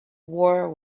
war